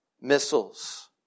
missiles